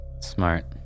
Smart